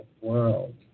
world